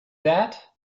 that